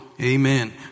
Amen